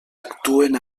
actuen